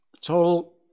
Total